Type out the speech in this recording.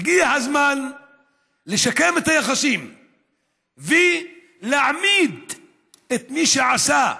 הגיע הזמן לשקם את היחסים ולהעמיד את מי שעשה,